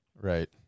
Right